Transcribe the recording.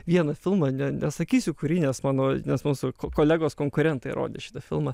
vieną filmą ne nesakysiu kurį nes mano nes mūsų kolegos konkurentai rodė šitą filmą